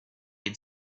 had